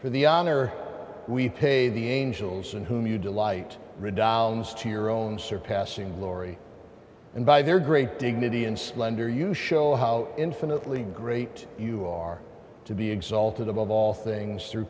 for the honor we pay the angels in whom you delight redounds to your own surpassing glory and by their great dignity and slender you show how infinitely great you are to be exalted above all things through